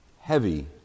Heavy